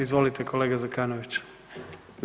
Izvolite kolega Zekanović.